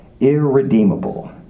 irredeemable